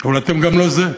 אבל אתם גם לא זה.